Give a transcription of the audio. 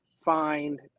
find